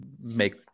make